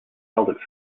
held